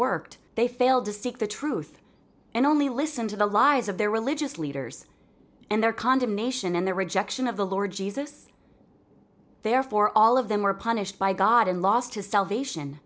worked they failed to seek the truth and only listen to the lies of their religious leaders and their condemnation and their rejection of the lord jesus therefore all of them were punished by god and lost his salvation